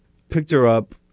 picked her up.